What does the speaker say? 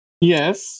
Yes